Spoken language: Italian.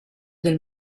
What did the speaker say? del